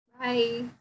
bye